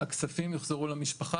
הכספים יוחזרו למשפחה,